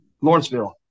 Lawrenceville